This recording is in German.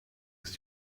ist